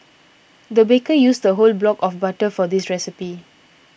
the baker used a whole block of butter for this recipe